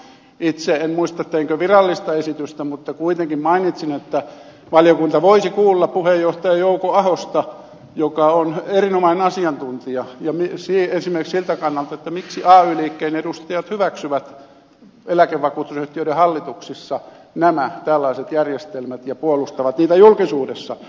itse en muista teinkö virallista esitystä mutta kuitenkin mainitsin että valiokunta voisi kuulla puheenjohtaja jouko ahosta joka on erinomainen asiantuntija esimerkiksi siltä kannalta miksi ay liikkeen edustajat hyväksyvät eläkevakuutusyhtiöiden hallituksissa nämä tällaiset järjestelmät ja puolustavat niitä julkisuudessa